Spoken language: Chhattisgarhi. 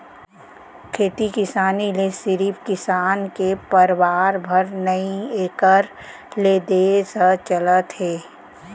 खेती किसानी ले सिरिफ किसान के परवार भर नही एकर ले देस ह चलत हे